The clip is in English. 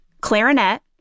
clarinet